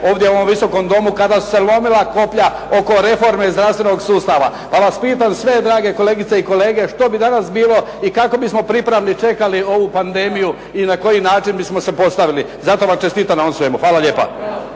ovdje u ovom Visokom domu, kada su se lomila koplja oko reforme zdravstvenog sustava. Pa vas pitam sve drage kolegice i kolege što bi danas bilo i kako bismo pripravni čekali ovu pandemiju i na koji način bismo se postavili. Zato vam čestitam na ovom svemu. Hvala lijepa.